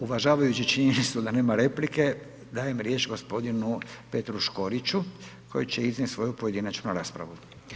Uvažavajući činjenicu da nema replike dajem riječ gospodinu Petru Škoriću koji će iznijeti svoju pojedinačnu raspravu.